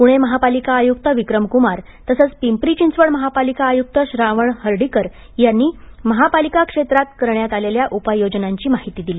पूणे महापालिका आयुक्त विक्रम कुमार तसेच पिंपरी चिंचवड महापालिका आयुक्त श्रावण हर्डीकर यांनी महानगरपालिका क्षेत्रात करण्यात आलेल्या उपाययोजनांची माहिती दिली